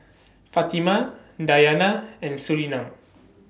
Fatimah Dayana and Surinam